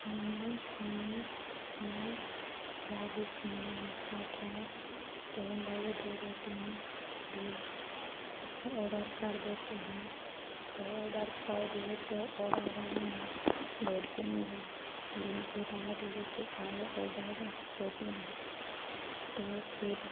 खाना खाने में स्वादिष्ट नहीं लगता था तो हम बोले दो रोटियाँ भी ऑडर कर देते हैं तो ऑडर कर दिए तो ऑडर वाले ने दो तीन दिन दिन के बाद लेकर आए ऑडर रोटियाँ तो फ़िर